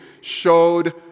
showed